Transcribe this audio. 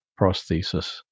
prosthesis